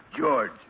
George